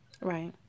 Right